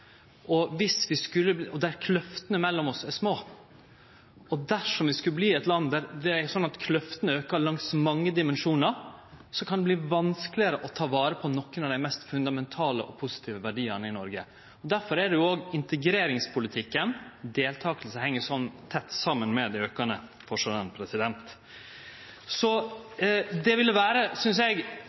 der kløftene mellom oss er små. Dersom vi skulle verte eit land der kløftene aukar langs mange dimensjonar, kan det verte vanskelegare å ta vare på nokon av dei mest fundamentale og positive verdiane i Noreg. Derfor er det òg i integreringspolitikken at deltaking heng så tett saman med dei aukande forskjellane. Det ville vere, synest eg,